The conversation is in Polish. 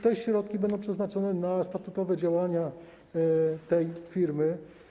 Te środki będą przeznaczone na statutowe działania tej firmy.